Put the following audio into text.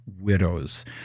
widows